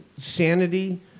sanity